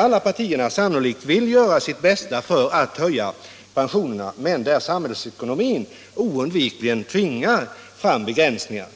Alla partier vill sannolikt göra sitt bästa för att höja pensionerna, men samhällsekonomin tvingar oundvikligen fram begränsningar.